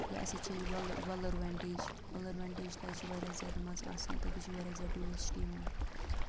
یا اَسہِ حظ چھِ وَ وَلُر وٮ۪نٹیج وَلر وٮ۪نٹیج تَتہِ چھِ واریاہ زیادٕ مَزٕ آسان تَتہِ چھِ واریاہ زیادٕ ٹیوٗرِسٹ یِوان